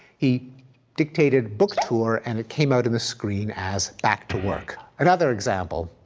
he dictated book tour, and it came out on the screen as back to work. another example,